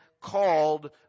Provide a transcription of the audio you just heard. called